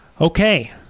Okay